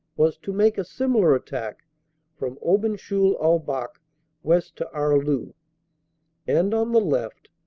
was to make a similar attack from aubencheul-au-bac west to arleux and on the left,